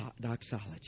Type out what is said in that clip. doxology